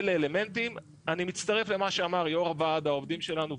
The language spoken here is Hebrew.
אני מצטרף למה שאמר יושב ראש ועד העובדים שלנו,